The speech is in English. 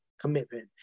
commitment